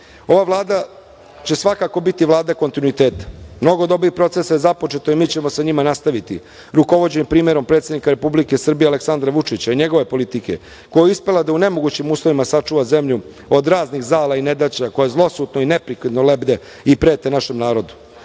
vlada će svakako biti Vlada kontinuiteta. Mnogo dobrih procesa je započeto i mi ćemo sa njima nastaviti. Rukovođen primerom predsednika Republike Srbije Aleksandra Vučića i njegove politike koji uspeva da u nemogućim uslovima sačuva zemlju od raznih zala i nedaća koje zlosudno i neprekidno lebde i prete našem narodu. Srbiju